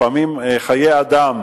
לפעמים חיי אדם